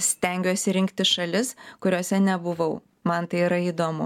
stengiuosi rinktis šalis kuriose nebuvau man tai yra įdomu